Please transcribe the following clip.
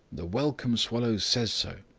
the welcome swallow says so.